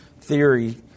theory